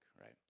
right